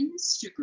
Instagram